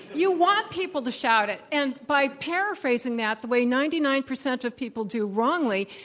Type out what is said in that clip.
you want people to shout it. and by paraphrasing that the way ninety nine percent of people do wrongly,